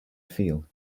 field